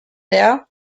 der